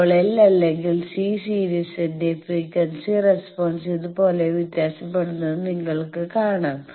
ഇപ്പോൾ L അല്ലെങ്കിൽ C സീരിസിന്റെ ഫ്രീക്വൻസി റെസ്പോൺസ് ഇതുപോലെ വ്യത്യാസപ്പെടുന്നത് നിങ്ങൾക്ക് കാണാം